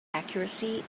accuracy